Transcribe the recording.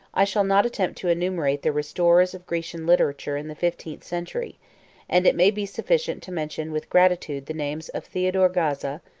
i shall not attempt to enumerate the restorers of grecian literature in the fifteenth century and it may be sufficient to mention with gratitude the names of theodore gaza,